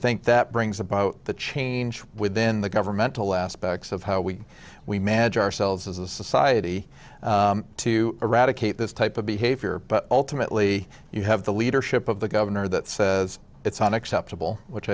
think that brings about the change within the governmental aspects of how we we manage ourselves as a society to eradicate this type of behavior but ultimately you have the leadership of the governor that says it's unacceptable which